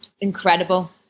Incredible